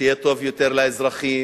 שיהיה טוב יותר לאזרחים,